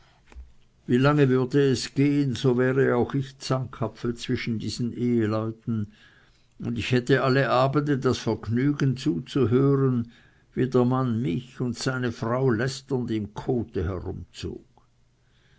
wie lange würde es gehen so wäre auch ich ein zankapfel zwischen diesen eheleuten und ich hätte alle abende das vergnügen anzuhören wie der mann mich und seine frau lästernd im kote herumzog